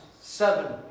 seven